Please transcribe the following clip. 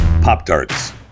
Pop-Tarts